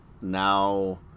now